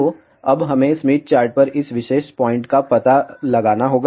तो अब हमें स्मिथ चार्ट पर इस विशेष पॉइंट का पता लगाना होगा